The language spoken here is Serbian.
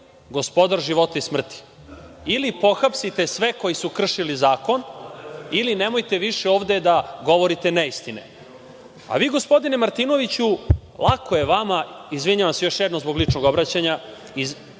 gospodar života i smrti. Ili pohapsite sve koji su kršili zakon ili nemojte više ovde da govorite neistine. Vi, gospodina Martinoviću, lako je vama. Izvinjavam se još jednom zbog ličnog obraćanja.